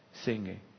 singing